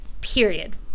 period